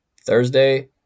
Thursday